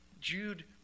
Jude